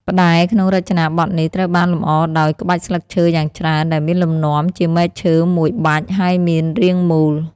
ផ្តែរក្នុងរចនាបថនេះត្រូវបានលម្អដោយ ក្បាច់ស្លឹកឈើយ៉ាងច្រើន ដែលមានលំនាំជាមែកឈើមួយបាច់ ហើយមានរាងមូល។